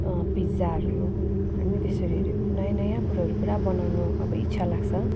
पिज्जाहरू होइन त्यसरीहरू नयाँ नयाँ कुरोहरू पुरा बनाउनु अब इच्छा लाग्छ